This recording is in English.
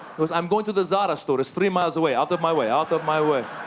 he goes, i'm going to the zara store. it's three miles away. out of my way. out of my way.